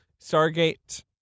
Stargate